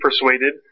persuaded